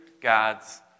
god's